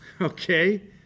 okay